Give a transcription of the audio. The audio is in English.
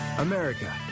America